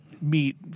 meet